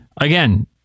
Again